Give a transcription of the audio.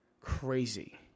crazy